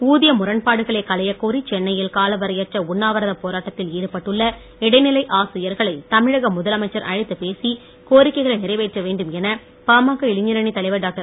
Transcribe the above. ஊதிய முரண்பாடுகளை களையக் கோரி சென்னையில் காலவரையற்ற உண்ணாவிரத போராட்டத்தில் ஈடுபட்டுள்ள இடைநிலை ஆசிரியர்களை தமிழக முதலமைச்சர் அழைத்து பேசி கோரிக்கைகளை நிறைவேற்ற வேண்டும் என பாமக இளைஞரணி தலைவர் டாக்டர்